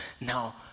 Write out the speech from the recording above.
now